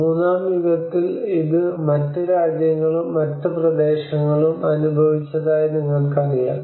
മൂന്നാം യുഗത്തിൽ ഇത് മറ്റ് രാജ്യങ്ങളും മറ്റ് പ്രദേശങ്ങളും അനുഭവിച്ചതായി നിങ്ങൾക്കറിയാം